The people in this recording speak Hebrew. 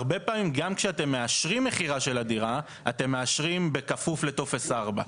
הרבה פעמים גם כשאתם מאשרים מכירה של הדירה אתם מאשרים בכפוף לטופס 4,